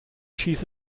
schieße